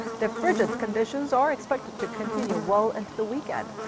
the frigid conditions are expected to continue well into the weekend.